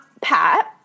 Pat